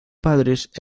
padres